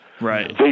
Right